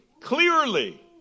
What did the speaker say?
Clearly